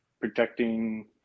protecting